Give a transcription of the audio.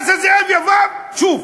ואז הזאב יבוא שוב,